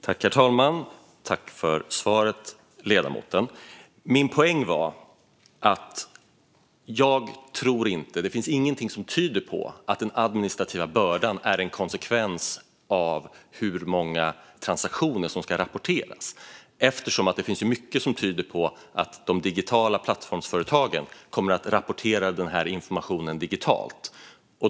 Herr talman! Tack för svaret, ledamoten! Min poäng var att det inte finns något som tyder på att den administrativa bördan är en konsekvens av hur många transaktioner som ska rapporteras eftersom det finns mycket som tyder på att de digitala plattformsföretagen kommer att rapportera denna information digitalt.